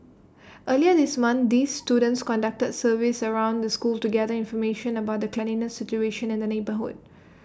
earlier this month these students conducted surveys around the school to gather information about the cleanliness situation in the neighbourhood